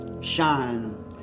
Shine